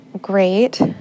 great